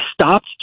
stopped